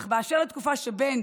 אך באשר לתקופה שבין